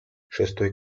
шестой